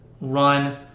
run